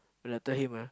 that I tell him ah